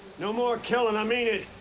no more killing, i mean it.